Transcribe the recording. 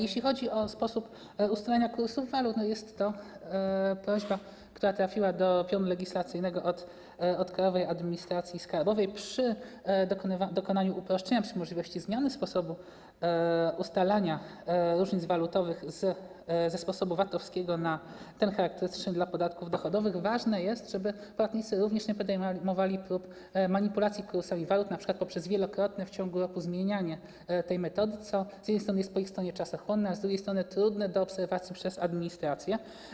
Jeśli chodzi o sposób ustalania kursów walut, jest to prośba, która trafiła do pionu legislacyjnego od Krajowej Administracji Skarbowej, przy dokonaniu uproszczenia, czy też możliwości zmiany sposobu ustalania różnic walutowych ze sposobu VAT-owskiego na ten charakterystyczny dla podatków dochodowych, ważne jest, żeby płatnicy również nie podejmowali prób manipulacji kursami walut, np. poprzez wielokrotne w ciągu roku zmienianie tej metody, co z jednej strony jest po ich stronie czasochłonne, a z drugiej strony jest trudne do obserwacji przez administrację.